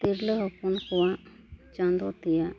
ᱛᱤᱨᱞᱟᱹ ᱦᱚᱯᱚᱱ ᱠᱚᱣᱟᱜ ᱪᱟᱸᱫᱳ ᱛᱮᱭᱟᱜ